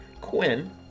quinn